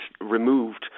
removed